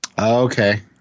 Okay